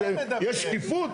שיש שקיפות?